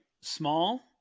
Small